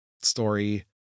story